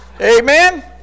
Amen